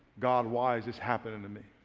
god why is this happening to me?